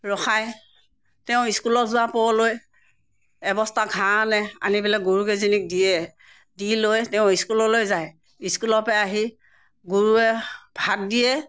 ৰখাই তেওঁ স্কুলত যোৱা পৰলৈ এবস্তা ঘাঁহ আনে আনি পেলাই গৰুকেইজনীক দিয়ে দি লৈ তেওঁ স্কুললৈ যায় স্কুলৰ পৰা আহি গুৰুৱে ভাত দিয়ে